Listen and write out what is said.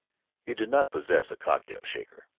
he did not possess a cocktail-shaker.